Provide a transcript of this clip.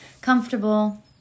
comfortable